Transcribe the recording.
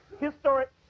Historic